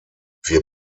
wir